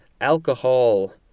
alcohol